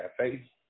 Cafe